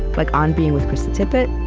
like on being with krista tippett,